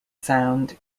sound